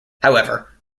however